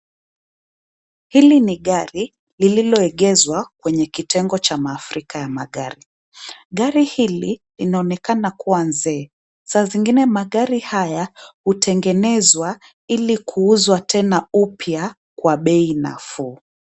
Hili ni gari, lilioegezwa kwenye kitengo cha maafrika ya magari, gari hili, linaonekana kuwa nze, saa zingine magari haya, hutengenezwa, ili kuuzwa tena upya, kwa bei nafuu.